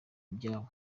ibyabo